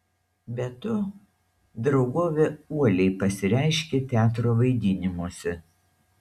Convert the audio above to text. be to draugovė uoliai pasireiškė teatro vaidinimuose